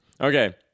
Okay